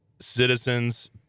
citizens